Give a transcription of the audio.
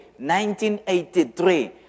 1983